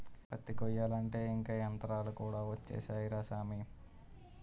పత్తి కొయ్యాలంటే ఇంక యంతరాలు కూడా ఒచ్చేసాయ్ రా సామీ